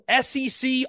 SEC